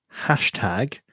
hashtag